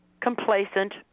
complacent